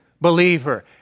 believer